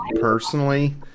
personally